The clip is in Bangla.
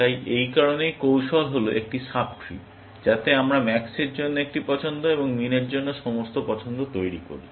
তাই এই কারণেই কৌশল হল একটি সাব ট্রি যাতে আমরা ম্যাক্সের জন্য একটি পছন্দ এবং মিনের জন্য সমস্ত পছন্দ তৈরি করি